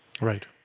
Right